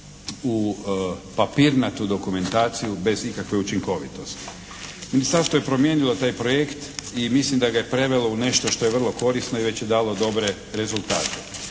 u papirnatu dokumentaciju bez ikakve učinkovitosti. Ministarstvo je promijenilo taj projekt i mislim da ga je prevelo u nešto što je vrlo korisno i već je dalo dobre rezultate.